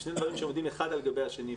אלה שני דברים שעומדים אחד על גבי השני.